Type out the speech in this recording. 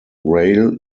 rail